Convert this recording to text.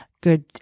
good